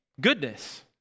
goodness